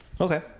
Okay